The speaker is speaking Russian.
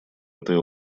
этой